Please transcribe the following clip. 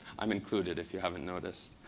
i'm included, if you haven't noticed.